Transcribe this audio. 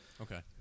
Okay